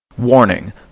Warning